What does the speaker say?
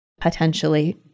potentially